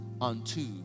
unto